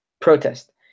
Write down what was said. protest